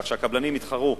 כך שהקבלנים יתחרו,